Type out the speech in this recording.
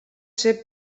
ser